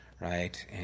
Right